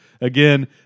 Again